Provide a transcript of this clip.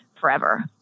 forever